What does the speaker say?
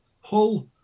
Hull